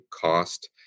cost